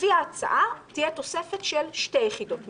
לפי ההצעה תהיה תוספת של שתי יחידות מימון.